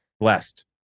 Blessed